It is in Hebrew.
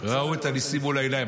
ראו את הניסים מול העיניים.